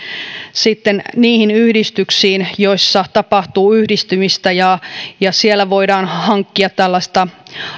niihin yhdistyksiin joissa tapahtuu yhdistymistä ja ja siellä voidaan hankkia tällaista